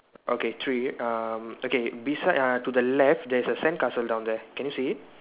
okay three um okay beside uh to the left there is a sandcastle down there can you see it